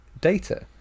Data